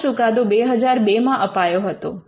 આનો ચુકાદો 2002માં અપાયો હતો